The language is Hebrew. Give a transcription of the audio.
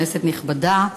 כנסת נכבדה,